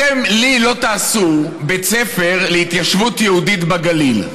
לי אתם לא תעשו בית ספר להתיישבות יהודית בגליל,